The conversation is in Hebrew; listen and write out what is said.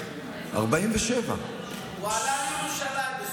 הוא עלה לירושלים בסופו של דבר.